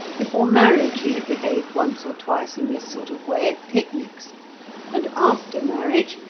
before marriage he had behaved once or twice in this sort of way at picnics and after marriage,